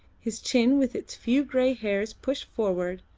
his chin with its few grey hairs pushed forward,